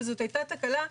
וזאת היתה תקלה.